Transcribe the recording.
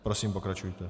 Prosím, pokračujte.